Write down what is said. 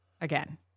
again